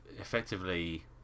effectively